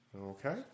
Okay